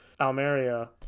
Almeria